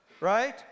right